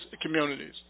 communities